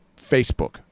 Facebook